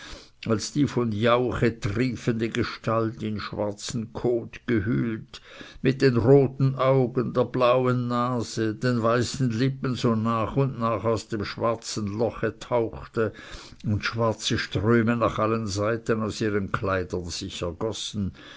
als die von jauche triefende gestalt in schwarzen kot gehüllt mit den roten augen der blauen nase den weißen lippen so nach und nach aus dem schwarzen loch tauchte und schwarze ströme nach allen seiten aus ihren kleidern sich ergossen